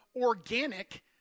organic